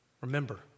Remember